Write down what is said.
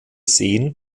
seen